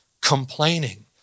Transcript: complaining